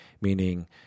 meaning